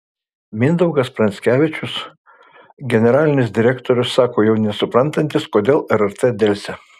mindaugas pranskevičius generalinis direktorius sako jau nesuprantantis kodėl rrt delsia